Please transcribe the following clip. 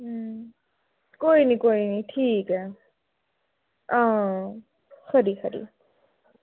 कोई निं कोई निं ठीक ऐ हां खरी खरी